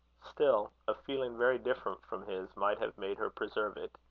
still, a feeling very different from his might have made her preserve it.